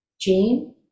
Jane